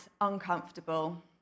uncomfortable